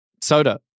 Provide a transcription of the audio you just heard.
soda